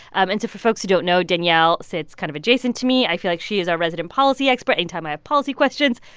and so for folks who don't know, danielle sits kind of adjacent to me. i feel like she is our resident policy expert. anytime i have policy questions,